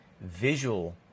visual